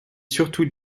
surtout